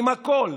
עם הכול.